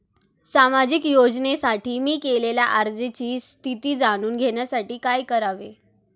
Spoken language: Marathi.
सामाजिक योजनेसाठी मी केलेल्या अर्जाची स्थिती जाणून घेण्यासाठी काय करावे?